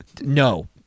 no